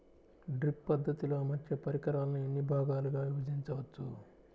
Drip పద్ధతిలో అమర్చే పరికరాలను ఎన్ని భాగాలుగా విభజించవచ్చు?